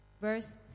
verse